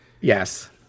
Yes